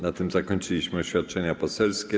Na tym zakończyliśmy oświadczenia poselskie.